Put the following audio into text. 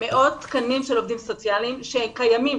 מאות תקנים של עובדים סוציאליים שהם קיימים,